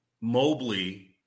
Mobley